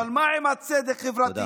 אבל מה עם הצדק החברתי?